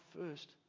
first